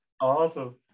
Awesome